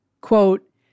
Quote